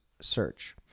search